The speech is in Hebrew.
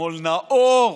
שמאל נאור,